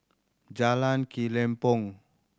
Jalan Kelempong